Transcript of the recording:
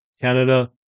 Canada